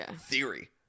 theory